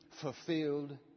fulfilled